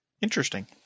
interesting